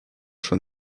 schon